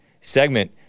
segment